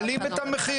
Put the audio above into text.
מעלים את המחיר.